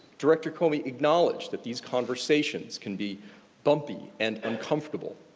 director comey acknowledged that these conversations can be bumpy and uncomfortable.